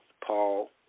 Paul